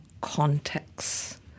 context